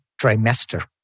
trimester